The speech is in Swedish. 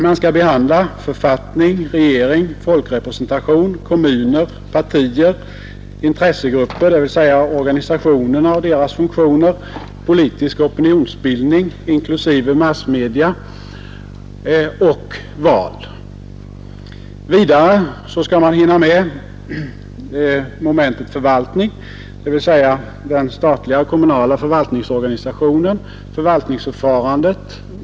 De skall behandla författning, regering, folkrepresentation, kommuner, partier, intressegrupper — dvs. organisationerna och deras funktioner —, politisk opinionsbildning, inklusive massmedia och val. Vidare skall man hinna med momentet förvaltning, dvs. den statliga och kommunala förvaltningsorganisationen och förvaltningsförfarandet.